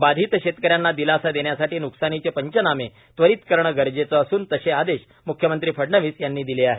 बाधित शेतकऱ्यांना दिलासा देण्यासाठी नुकसानीचे पंचनामे त्वरित करणं गरजेचं असून तसे आदेश मुख्यमंत्री फडणवीस यांनी दिले आहेत